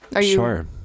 Sure